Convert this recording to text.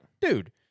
dude